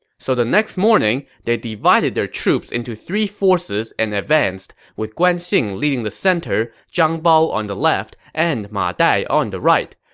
so the next morning, they divided their troops into three forces and advanced, with guan xing leading the center, zhang bao on the left, and ma dai on the right.